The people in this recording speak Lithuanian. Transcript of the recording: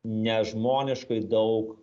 nežmoniškai daug